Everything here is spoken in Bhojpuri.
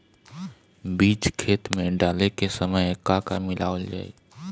बीज खेत मे डाले के सामय का का मिलावल जाई?